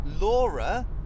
Laura